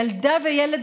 ילדה וילד,